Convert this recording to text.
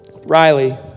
Riley